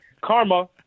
Karma